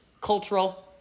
cultural